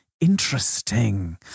Interesting